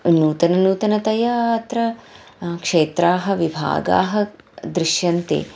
नूतननूतनतया अत्र क्षेत्राणि विभागाः दृश्यन्ते